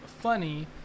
funny